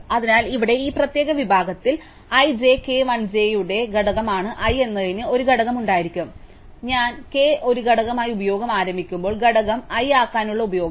അതിനാൽ ഇവിടെ ഈ പ്രത്യേക വിഭാഗത്തിൽ i j k l j യുടെ ഘടകമാണ് i എന്നതിന് ഒരു ഘടകം ഉണ്ടായിരിക്കും i ഞാൻ k ഒരു ഘടകമായി ഉപയോഗം ആരംഭിക്കുമ്പോൾ ഘടകം l ആകാനുള്ള ഉപയോഗം